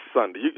Sunday